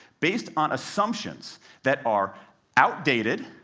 based on assumptions that are outdated,